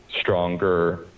stronger